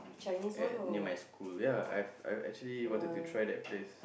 at near my school ya I I I actually wanted to try that place